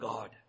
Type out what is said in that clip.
God